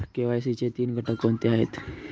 KYC चे तीन घटक कोणते आहेत?